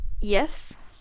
yes